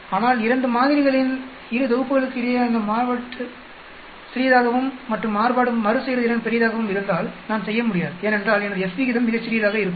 ஆனால் 2 மாதிரிகளின் இரு தொகுப்புகளுக்கு இடையேயான மாறுபாடு சிறியதாகவும் மற்றும் மாறுபாடு மறுசெயற்திறன் பெரியதாகவும் இருந்தால் நான் செய்ய முடியாது ஏனென்றால் எனது F விகிதம் மிகச் சிறியதாக இருக்கும்